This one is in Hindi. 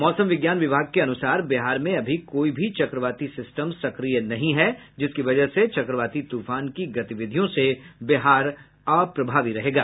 मौसम विज्ञान विभाग के अनुसार बिहार में अभी कोई भी चक्रवाती सिस्टम सक्रिय नहीं है जिसकी वजह से चक्रवाती तूफान की गतिविधियों से बिहार अप्रभावी रहेगा